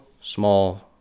small